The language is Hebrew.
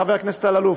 חבר הכנסת אלאלוף.